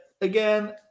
again